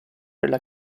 della